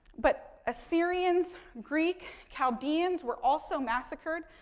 but, assyrians, greek, chaldeans were also massacred.